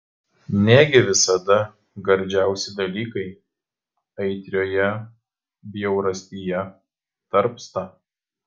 negi visada gardžiausi dalykai aitrioje bjaurastyje tarpsta